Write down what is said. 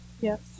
yes